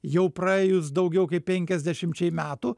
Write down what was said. jau praėjus daugiau kaip penkiasdešimčiai metų